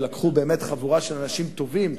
ולקחו באמת חבורה של אנשים טובים,